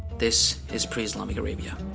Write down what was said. this is pre-islamic arabia.